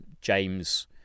James